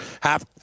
half